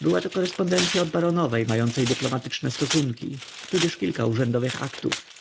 była to korespondencya od baronowej mającej dyplomatyczne stosunki tudzież kilka urzędowych aktów